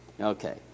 Okay